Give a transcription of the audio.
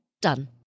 Done